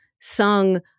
sung